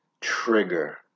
trigger